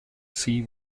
she